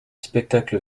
spectacle